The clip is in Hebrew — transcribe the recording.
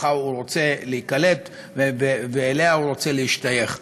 שבתוכה הוא רוצה להיקלט ואליה הוא רוצה להשתייך.